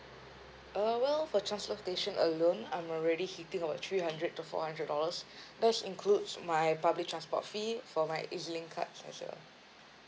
uh well for transportation alone I'm already hitting about three hundred to four hundred dollars that's includes my public transport fee for my EZ-Link card as well